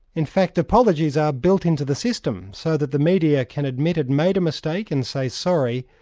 in fact, apologies are built in to the system so that the media can admit it made a mistake and say sorry,